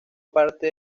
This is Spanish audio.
parte